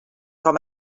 com